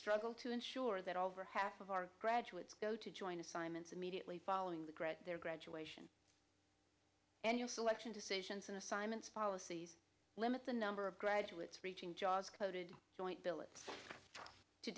struggle to ensure that over half of our graduates go to join assignments immediately following the grat their graduation annual selection decisions and assignments policies limit the number of graduates reaching jobs coated joint billets to